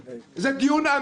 זה לא דיון תיאורטי,